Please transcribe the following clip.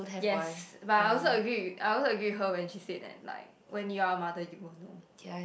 yes but I also agree I also agree with her when she said and like when you're a mother you will know